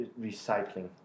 recycling